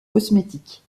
cosmétiques